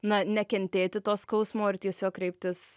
na nekentėti to skausmo ir tiesiog kreiptis